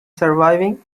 surviving